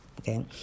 Okay